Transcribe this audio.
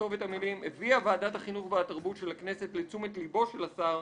יבואו המילים "הביאה ועדת החינוך והתרבות של הכנסת לתשומת ליבו של השר,